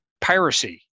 piracy